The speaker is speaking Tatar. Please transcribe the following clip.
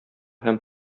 һәм